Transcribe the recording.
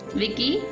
vicky